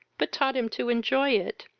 but taught him to enjoy it,